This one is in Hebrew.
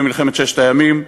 במלחמת ששת הימים.